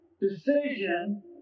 decision